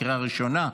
לקריאה הראשונה.